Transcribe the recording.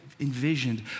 Envisioned